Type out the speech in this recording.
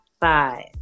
five